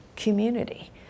community